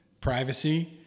privacy